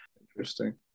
interesting